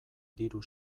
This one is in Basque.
diru